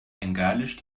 bengalisch